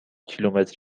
کیلومتر